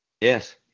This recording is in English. Yes